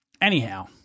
Anyhow